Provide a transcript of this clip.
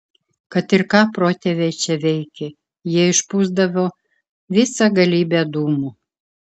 kad ir ką protėviai čia veikė jie išpūsdavo visą galybę dūmų